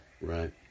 right